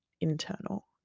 internal